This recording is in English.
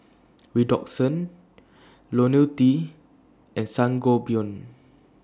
Redoxon Ionil T and Sangobion